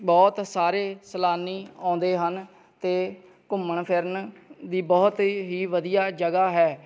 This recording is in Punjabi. ਬਹੁਤ ਸਾਰੇ ਸੈਲਾਨੀ ਆਉਂਦੇ ਹਨ ਅਤੇ ਘੁੰਮਣ ਫਿਰਨ ਦੀ ਬਹੁਤ ਹੀ ਵਧੀਆ ਜਗ੍ਹਾ ਹੈ